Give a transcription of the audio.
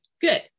Good